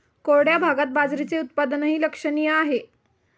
कोरड्या भागात बाजरीचे उत्पादनही लक्षणीय आहे